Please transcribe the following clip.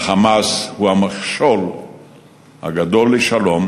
וה"חמאס" הוא המכשול הגדול לשלום,